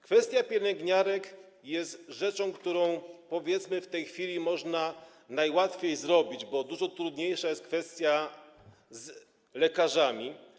Kwestia pielęgniarek jest rzeczą, którą, powiedzmy, w tej chwili można najłatwiej zrobić, bo dużo trudniejsza jest kwestia lekarzy.